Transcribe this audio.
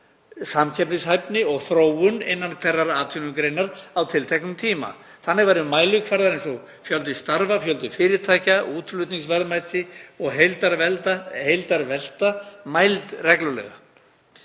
samkeppnishæfni og þróun innan hverrar atvinnugreinar á tilteknum tíma. Þannig væru mælikvarðar eins og fjöldi starfa, fjöldi fyrirtækja, útflutningsverðmæti og heildarvelta mæld reglulega.